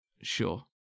Sure